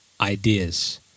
ideas